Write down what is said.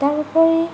তাৰোপৰি